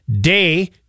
Day